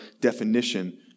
definition